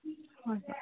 ꯍꯣꯏ ꯍꯣꯏ